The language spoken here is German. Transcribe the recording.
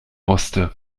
musste